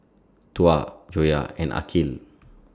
Tuah Joyah and Aqil